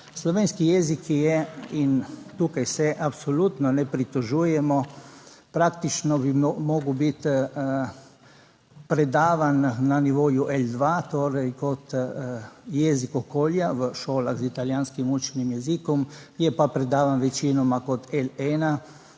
Slovenski jezik je, in tukaj se absolutno ne pritožujemo, praktično bi mogel biti predavanj na nivoju L2, torej kot jezik okolja, v šolah z italijanskim učnim jezikom je pa predavam večinoma kot L1,